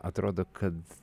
atrodo kad